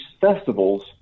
festivals